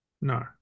no